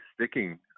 Sticking